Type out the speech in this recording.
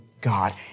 God